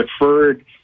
deferred